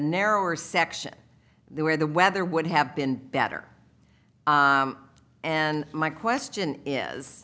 narrower section where the weather would have been better and my question is